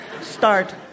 start